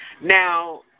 Now